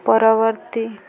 ପରବର୍ତ୍ତୀ